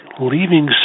leaving